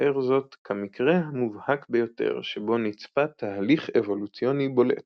תיאר זאת כ"מקרה המובהק ביותר שבו נצפה תהליך אבולוציוני בולט".